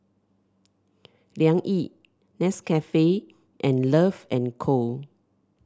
Liang Yi Nescafe and Love and Co